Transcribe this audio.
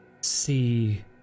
see